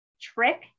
trick